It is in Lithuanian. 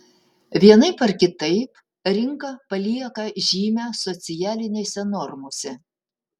vienaip ar kitaip rinka palieka žymę socialinėse normose